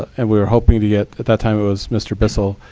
and we were hoping to get at that time, it was mr. bissell.